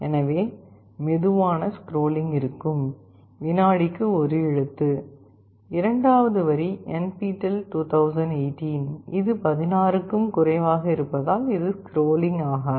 எனவே மெதுவான ஸ்க்ரோலிங் இருக்கும் வினாடிக்கு 1 எழுத்து இரண்டாவது வரி என்பிடெல் 2018 இது 16 க்கும் குறைவாக இருப்பதால் இது ஸ்க்ரோலிங் ஆகாது